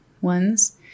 ones